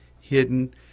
hidden